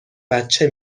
بچه